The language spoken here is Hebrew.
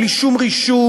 בלי שום רישום,